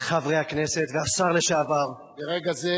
חברי הכנסת והשר לשעבר, ברגע זה